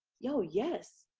you know. yes.